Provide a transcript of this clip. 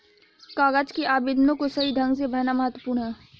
कागज के आवेदनों को सही ढंग से भरना महत्वपूर्ण है